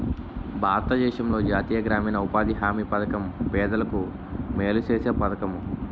భారతదేశంలో జాతీయ గ్రామీణ ఉపాధి హామీ పధకం పేదలకు మేలు సేసే పధకము